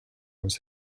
was